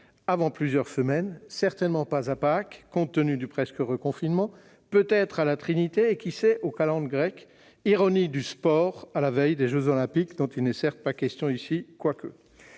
avant plusieurs semaines, certainement pas à Pâques, compte tenu du presque reconfinement, peut-être à la Trinité, voire aux calendes grecques- ironie du sport à la veille des jeux Olympiques, dont il n'est certes pas question ici, quoique